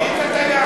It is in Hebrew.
שינית את היעד.